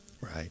Right